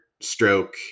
stroke